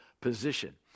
position